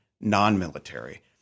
non-military